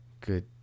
good